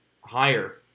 higher